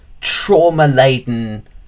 trauma-laden